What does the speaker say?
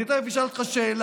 אני תכף אשאל אותך שאלה,